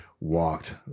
walked